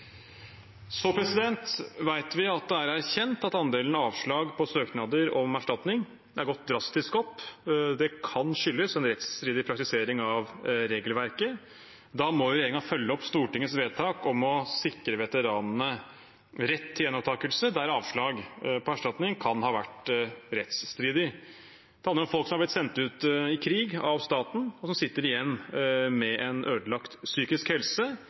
Så vet vi at det er erkjent at andelen avslag på søknader om erstatning er gått drastisk opp. Det kan skyldes en rettsstridig praktisering av regelverket. Da må jo regjeringen følge opp Stortingets vedtak om å sikre veteranene rett til gjenopptakelse der avslag på erstatning kan ha vært rettsstridig. Det handler om folk som har blitt sendt ut i krig av staten, og som sitter igjen med en ødelagt psykisk helse,